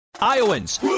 Iowans